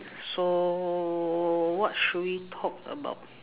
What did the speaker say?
so what should we talk about